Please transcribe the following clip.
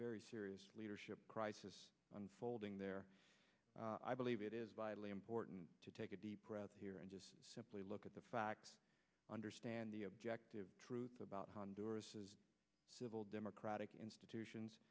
very serious leadership crisis unfolding there i believe it is vitally important to take a deep breath here and just simply look at the facts understand the objective truth about honduras civil democratic institutions